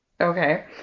okay